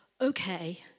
okay